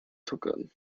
tuckern